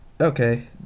okay